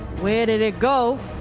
where did it go?